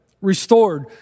restored